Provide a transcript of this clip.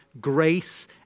grace